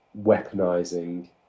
weaponizing